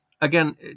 Again